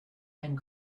and